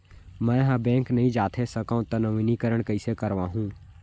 मैं ह बैंक नई जाथे सकंव त नवीनीकरण कइसे करवाहू?